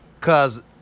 cause